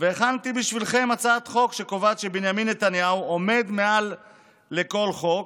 והכנתי בשבילכם הצעת חוק שקובעת שבנימין נתניהו עומד מעל לכל חוק,